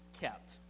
kept